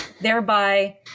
thereby